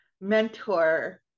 mentor